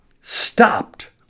stopped